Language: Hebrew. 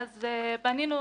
אז אני לא מבין,